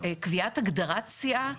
שקביעת הגדרת סיעה,